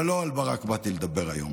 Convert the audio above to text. אבל לא על ברק באתי לדבר היום